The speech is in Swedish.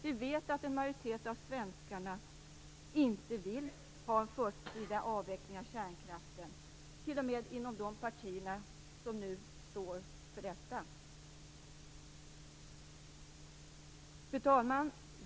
Vi vet att en majoritet av svenskarna inte vill ha en förtida avveckling av kärnkraften, t.o.m. inom de partier som nu står för detta. Fru talman!